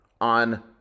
On